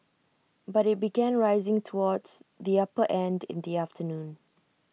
but IT began rising towards the upper end in the afternoon